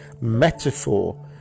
metaphor